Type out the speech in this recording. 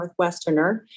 Northwesterner